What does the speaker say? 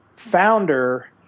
founder